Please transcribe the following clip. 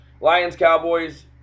Lions-Cowboys